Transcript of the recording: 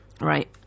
right